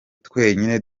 twenyine